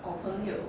好 here